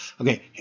Okay